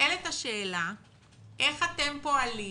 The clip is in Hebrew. נשאלת השאלה איך אתם פועלים